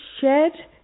shed